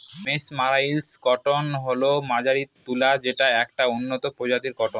mesmerised cotton হল মার্জারিত তুলা যেটা একটি উন্নত প্রজাতির কটন